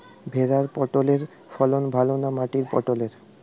ভেরার পটলের ফলন ভালো না মাটির পটলের?